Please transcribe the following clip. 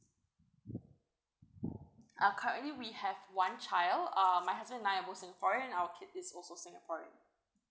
uh currently we have one child uh my husband and I we're singaporean our kid is also singaporean